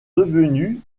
devenues